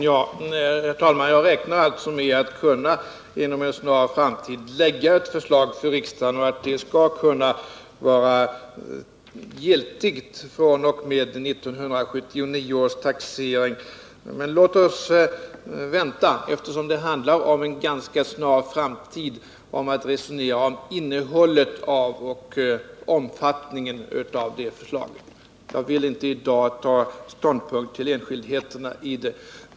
Herr talman! Jag räknar med att inom en snar framtid kunna framlägga ett förslag för riksdagen och att det skall kunna bli giltigt fr.o.m. 1979 års taxering. Men låt oss, eftersom det handlar om en ganska snar framtid, vänta med ett resonemang om innehållet i och omfattningen av det förslaget. Jag vill inte i dag ta ståndpunkt till enskildheterna i det.